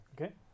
Okay